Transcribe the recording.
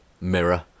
mirror